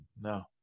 no